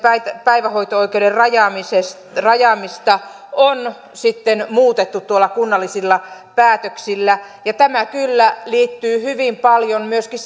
päivähoito oikeuden rajaamista on sitten muutettu kunnallisilla päätöksillä ja tämä kyllä liittyy hyvin paljon myöskin